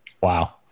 Wow